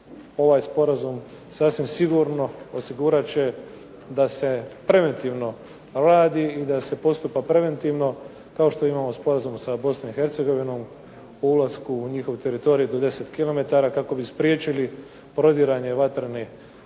ovaj sporazum sasvim sigurno osigurat će da se preventivno radi i da se postupa preventivno. Kao što imamo sporazum sa Bosnom i Hercegovinom o ulasku u njihov teritorij do 10 km kako bi spriječili prodiranje vatrene stihije